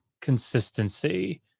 consistency